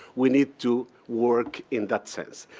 we need to work in that sense.